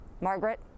Margaret